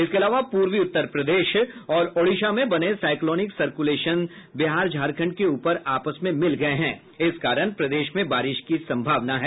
इसके अलावा पूर्वी उत्तर प्रदेश और ओडिशा में बने साइक्लोनिक सर्क्लेशन बिहार झारखंड के ऊपर आपस में मिल गये हैं इस कारण प्रदेश में बारिश की संभावना है